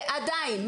ועדיין,